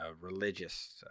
religious